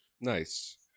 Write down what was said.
Nice